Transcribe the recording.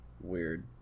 Weird